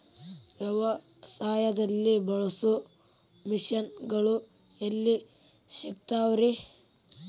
ವ್ಯವಸಾಯದಲ್ಲಿ ಬಳಸೋ ಮಿಷನ್ ಗಳು ಎಲ್ಲಿ ಸಿಗ್ತಾವ್ ರೇ?